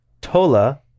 Tola